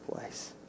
place